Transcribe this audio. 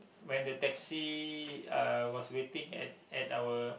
when the taxi uh was waiting at at our